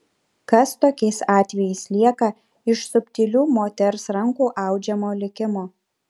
kas tokiais atvejais lieka iš subtilių moters rankų audžiamo likimo